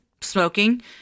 smoking